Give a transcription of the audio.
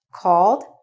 called